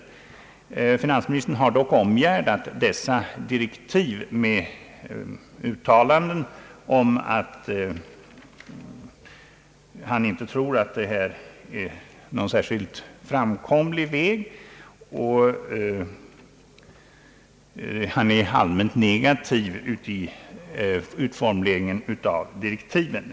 Finansministern har dock omgärdat dessa direktiv med uttalanden om att han inte tror att det är någon särskilt framkomlig väg. Han är allmänt negativ i utformningen av direktiven.